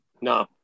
no